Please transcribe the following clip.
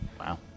Wow